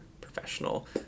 professional